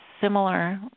similar